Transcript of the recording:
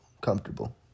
comfortable